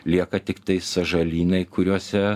lieka tiktai sąžalynai kuriuose